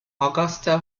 augusta